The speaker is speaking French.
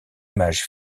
image